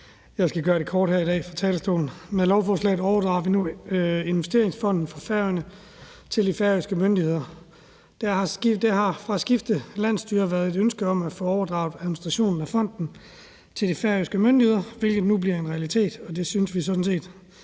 Jeg skal gøre det kort her i dag på talerstolen. Med lovforslaget overdrager vi nu investeringsfonden for Færøerne til de færøske myndigheder. Der har hos skiftende landsstyrer været et ønske om at få overdraget administrationen af fonden til de færøske myndigheder, hvilket nu bliver en realitet. Det synes vi sådan set